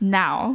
now